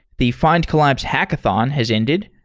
the findcollabs hackathon has ended.